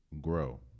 grow